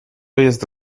jest